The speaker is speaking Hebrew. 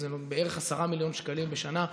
זה בערך 10 מיליון שקלים בשנה,